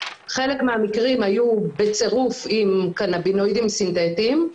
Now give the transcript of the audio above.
חלק מהמקרים היו בצירוף עם קנבינואידים סינתטיים,